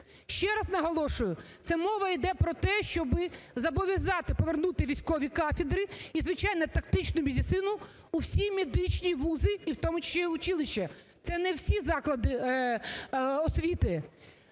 ще раз наголошую, це мова йде про те, щоб зобов'язати повернути військові кафедри і, звичайно, тактичну медицину у всі медичні вузи і в тому числі в училища, це не всі заклади освіти.